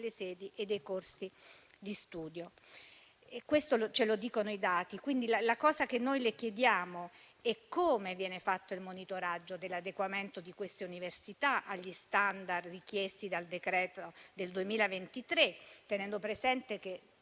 sedi e dei corsi di studio e questo ce lo dicono i dati. Quello che le chiediamo è come viene fatto il monitoraggio dell'adeguamento di queste università agli *standard* richiesti dal decreto del 2023. Teniamo presente che